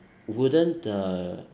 wouldn't the